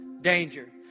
danger